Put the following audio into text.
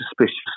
suspicious